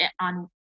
on